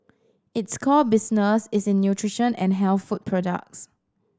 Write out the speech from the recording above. its core business is in nutrition and health food products